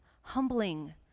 humbling